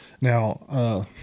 Now